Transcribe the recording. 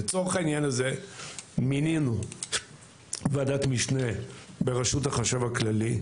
לצורך העניין הזה מינינו ועדת משנה בראשות החשב הכללי,